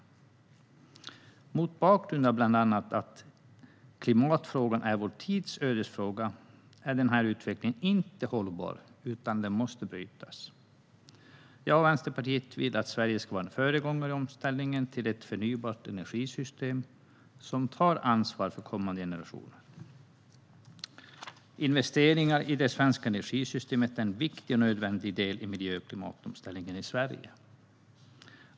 Mot bakgrund av bland annat att klimatfrågan är vår tids ödesfråga är denna utveckling inte hållbar, utan den måste brytas. Jag och Vänsterpartiet vill att Sverige ska vara en föregångare i omställningen till ett förnybart energisystem som tar ansvar för kommande generationer. Investeringar i det svenska energisystemet är en viktig och nödvändig del i miljö och klimatomställningen i Sverige.